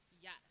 Yes